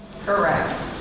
Correct